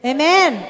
Amen